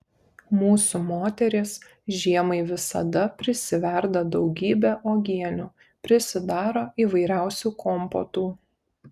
mūsų moterys žiemai visada prisiverda daugybę uogienių prisidaro įvairiausių kompotų